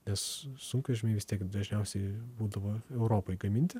nes sunkvežimiai vis tiek dažniausiai būdavo europoj gaminti